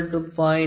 9 M